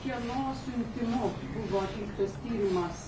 kieno siuntimu buvo atliktas tyrimas